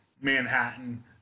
Manhattan